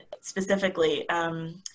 specifically